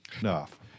Enough